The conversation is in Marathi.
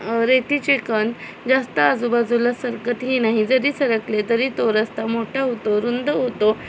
रेतीचे कण जास्त आजूबाजूला सरकतही नाही जरी सरकले तरी तो रस्ता मोठा होतो रुंद होतो